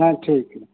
ᱦᱮᱸ ᱴᱷᱤᱠ